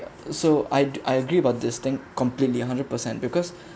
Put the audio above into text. so I I agree but distinct completely one hundred percent because